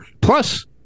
plus